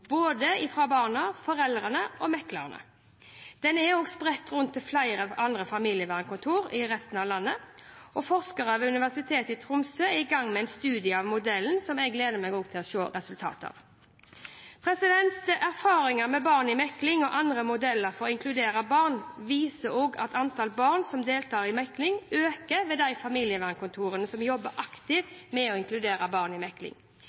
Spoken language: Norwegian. både fra barna, fra foreldrene og fra meklerne – og den er også spredt rundt til flere andre familievernkontor i resten av landet. Forskere ved Universitetet i Tromsø er i gang med en studie av modellen som jeg gleder meg til å se resultatet av. Erfaringene med Barn i mekling og andre modeller for å inkludere barn viser også at antallet barn som deltar i mekling, øker ved de familievernkontorene som jobber aktivt med å inkludere barn i mekling.